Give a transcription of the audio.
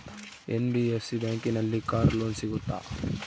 NBFC ಬ್ಯಾಂಕಿನಲ್ಲಿ car loan ಸಿಗುತ್ತಾ?